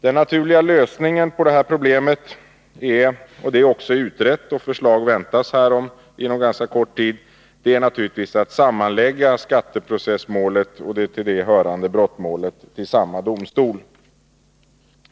Den naturliga lösningen på det här problemet — och det är också utrett och förslag väntas härom inom ganska kort tid — är naturligtvis att sammanlägga skatteprocessmålet och det till det hörande brottmålet till samma domstol.